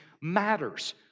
matters